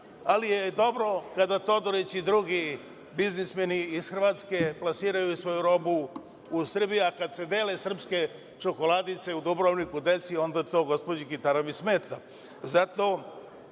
joj je dobro kada Todorić i drugi biznismeni iz Hrvatske plasiraju svoju robu u Srbiji, a kad se dele srpske čokoladice u Dubrovniku deci, onda to gospođi Kitarović smeta. Zato